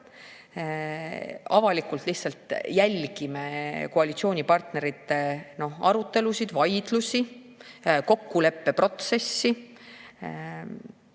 Avalikult lihtsalt jälgime koalitsioonipartnerite arutelusid, vaidlusi, kokkuleppeprotsessi.